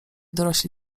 dorośli